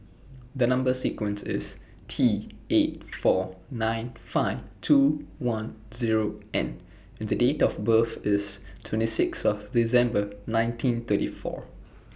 The Number sequence IS T eight four nine five two one Zero N and Date of birth IS twenty six of December nineteen thirty four